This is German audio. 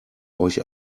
euch